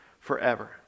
forever